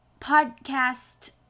podcast